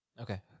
Okay